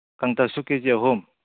ꯀꯪꯇꯛꯁꯨ K G ꯑꯍꯨꯝ